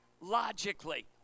logically